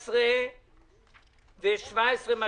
17 ומה שהתווסף,